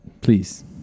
Please